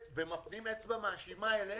ומפנים אצבע מאשימה אלינו.